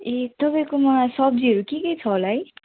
ए तपाईँकोमा सब्जीहरू के के छ होला है